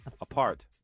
apart